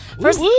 First